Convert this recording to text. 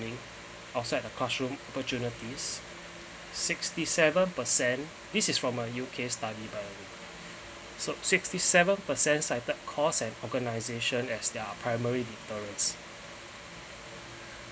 the outside the classroom opportunities sixty seven per cent this is from a U_K study by so sixty seven per cent cited cost and organisation as their primary deterrents